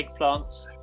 eggplants